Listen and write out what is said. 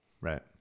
Right